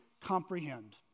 comprehend